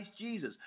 jesus